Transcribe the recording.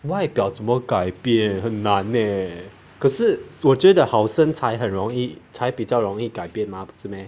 外表怎么改变很难咧可是我觉得好身材很容易才比较容易改变吗不是 meh